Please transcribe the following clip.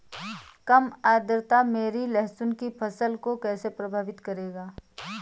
कम आर्द्रता मेरी लहसुन की फसल को कैसे प्रभावित करेगा?